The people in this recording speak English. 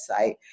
website